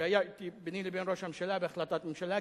שהיה ביני לבין ראש הממשלה בהחלטת ממשלה,